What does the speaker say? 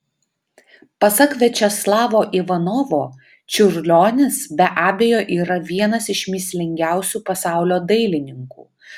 pasak viačeslavo ivanovo čiurlionis be abejo yra vienas iš mįslingiausių pasaulio dailininkų